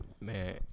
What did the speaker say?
Man